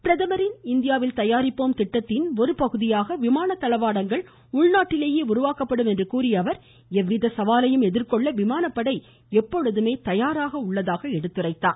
பிரதமரின் இந்தியாவில் தயாரிப்போம் திட்டத்தின் ஒரு பகுதியாக விமான தளவாடங்கள் உள்நாட்டிலேயே உருவாக்கப்படும் என்று கூறிய அவர் எவ்வித சவாலையும் எதிர்கொள்ள விமானப்படை எப்பொழுதுமே தயாராக உள்ளதாக கூறினார்